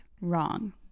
wrong